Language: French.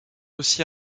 aussi